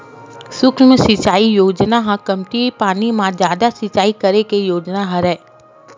सुक्ष्म सिचई योजना ह कमती पानी म जादा सिचई करे के योजना हरय